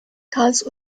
karls